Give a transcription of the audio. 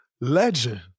legend